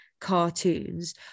cartoons